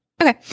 Okay